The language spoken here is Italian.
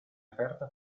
aperta